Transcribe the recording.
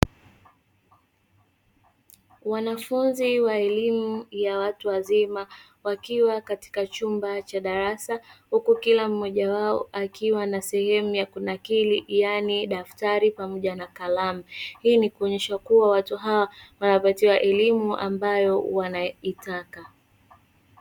Wanafunzi wa elimu ya watu wazima wakiwa katika chumba cha darasa, huku kila mmoja wao akiwa na sehemu ya kunakili yaani daftari pamoja na kalamu. Hii ni kuonyesha kuwa watu hawa wanapatiwa elimu ambayo wanaitaka.